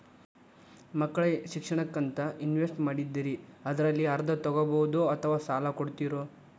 ಮಕ್ಕಳ ಶಿಕ್ಷಣಕ್ಕಂತ ಇನ್ವೆಸ್ಟ್ ಮಾಡಿದ್ದಿರಿ ಅದರಲ್ಲಿ ಅರ್ಧ ತೊಗೋಬಹುದೊ ಅಥವಾ ಸಾಲ ಕೊಡ್ತೇರೊ?